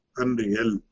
unreal